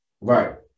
Right